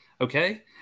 Okay